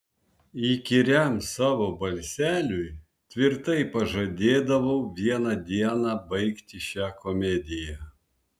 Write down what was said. įkyriam savo balseliui tvirtai pažadėdavau vieną dieną baigti šią komediją